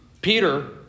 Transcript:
Peter